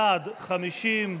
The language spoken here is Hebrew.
בעד 50,